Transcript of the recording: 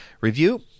review